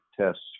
tests